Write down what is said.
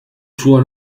suo